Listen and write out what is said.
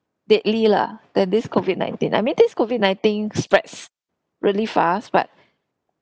deadly lah than this COVID nineteen I mean this COVID nineteen spreads really fast but